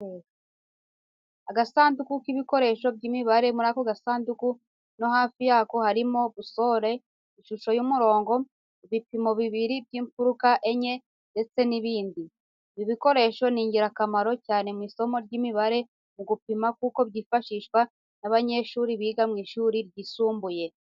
Agasanduku k'ibikoresho by'imibare, muri ako gasanduku no hafi yako harimo busole, ishusho y'umurongo, ibipimo bibiri by'imfuruka enye ndetse n'ibindi. Ibi bikoresho ni ingirakamaro cyane mu isomo ry'imibare mu gupima kuko byifashishwa n'abanyeshuri biga mu ishuri ryisumbuye.